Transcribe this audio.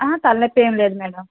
ఆహా తలనొప్పి ఏమి లేదు మేడం